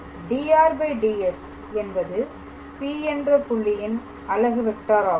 dr ds என்பது P என்ற புள்ளியின் அலகு வெக்டாராகும்